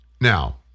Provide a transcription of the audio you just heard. Now